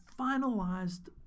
finalized